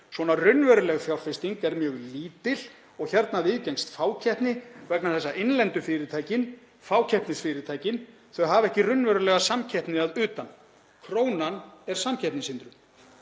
svona raunveruleg fjárfesting, er mjög lítil og hérna viðgengst fákeppni vegna þess að innlendu fyrirtækin, fákeppnisfyrirtækin, þau hafa ekki raunverulega samkeppni að utan. Krónan er samkeppnishindrun.“